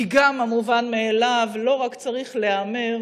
כי גם המובן מאליו לא רק צריך להיאמר,